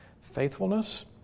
faithfulness